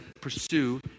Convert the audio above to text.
pursue